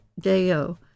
Deo